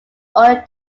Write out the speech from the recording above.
order